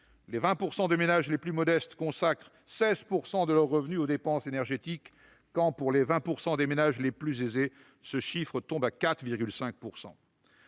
Les 20 % des ménages les plus modestes consacrent 16 % de leurs revenus aux dépenses énergétiques, quand pour les 20 % des ménages les plus aisés le chiffre tombe à 4,5 %.